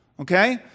Okay